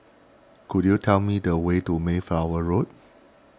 could you tell me the way to Mayflower Road